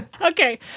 Okay